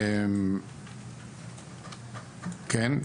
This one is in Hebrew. כן,